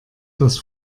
dass